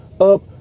up